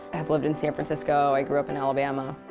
i've lived in san francisco. i grew up in alabama.